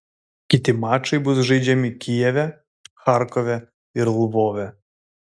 kiti mačai bus žaidžiami kijeve charkove ir lvove